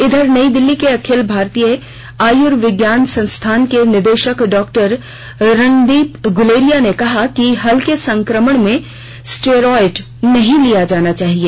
इधर नई दिल्ली के अखिल भारतीय आयुर्विज्ञान संस्थान के निर्देशक डॉक्टर रणदीप गुलेरिया ने कहा कि हल्के संक्रमण में स्टेराइड नहीं लिया जाना चाहिए